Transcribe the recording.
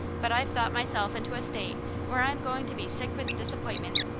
but i've thought myself into a state where i'm going to be sick with disappointment.